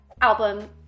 album